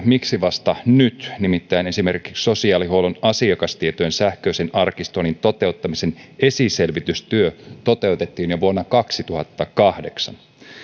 miksi vasta nyt nimittäin esimerkiksi sosiaalihuollon asiakastietojen sähköisen arkistoinnin toteuttamisen esiselvitystyö toteutettiin jo vuonna kaksituhattakahdeksan